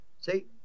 See